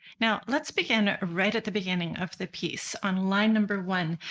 now let's begin right at the beginning of the piece on line number one.